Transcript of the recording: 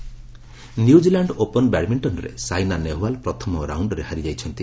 badminton New Zealand Open ବ୍ୟାଡମିଙ୍କନ୍ରେ ସାଇନା ନେହୱାଲ ପ୍ରଥମ ରାଉଣ୍ଡରେ ହାରିଯାଇଛନ୍ତି